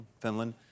Finland